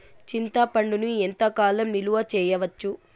చింతపండును ఎంత కాలం నిలువ చేయవచ్చు?